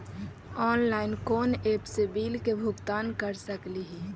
Online कोन app से bill के भुगतान कर सकली ही?